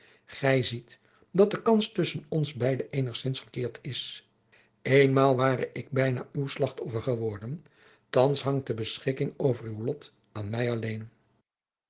gij ziet dat de kans tusschen ons beide eenigzins gekeerd is eenmaal ware ik bijna uw slachtoffer geworden thands hangt de beschikking over uw lot aan mij alleen